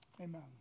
Amen